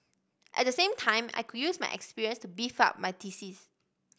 at the same time I could use my experience to beef up my thesis